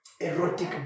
Erotic